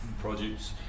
produce